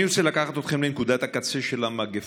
אני רוצה לקחת אתכם לנקודת הקצה של המגפה,